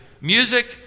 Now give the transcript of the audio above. music